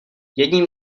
jedním